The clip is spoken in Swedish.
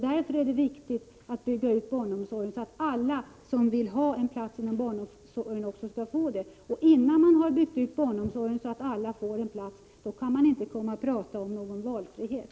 Därför är det också viktigt att bygga upp barnomsorgen, så att alla som vill ha en plats inom barnomsorgen också skall kunna få det. Innan man har byggt ut barnomsorgen så att alla får en plats, kan man inte tala om valfrihet.